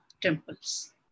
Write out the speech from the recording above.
temples